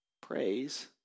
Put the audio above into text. Praise